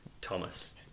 Thomas